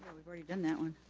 we've already done that one.